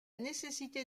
nécessité